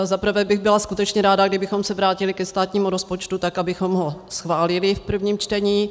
Za prvé bych byla skutečně ráda, kdybychom se vrátili ke státnímu rozpočtu tak, abychom ho schválili v prvním čtení.